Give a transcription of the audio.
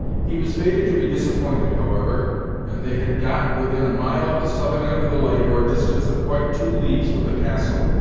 he was fated to be disappointed, however and they had got within a mile of the southern end of the lake, or a distance of quite two leagues from the castle,